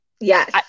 Yes